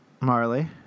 Marley